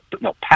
No